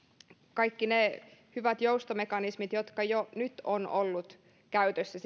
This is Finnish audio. kaikki ne hyvät joustomekanismit jotka jo nyt ovat olleet käytössä